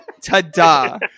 Ta-da